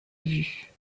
vue